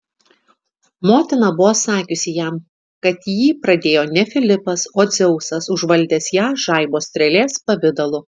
motina buvo sakiusi jam kad jį pradėjo ne filipas o dzeusas užvaldęs ją žaibo strėlės pavidalu